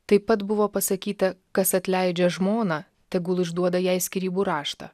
taip pat buvo pasakyta kas atleidžia žmoną tegul išduoda jai skyrybų raštą